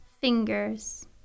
fingers